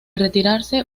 retirarse